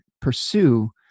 pursue